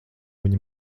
viņa